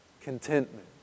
contentment